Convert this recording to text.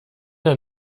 der